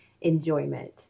enjoyment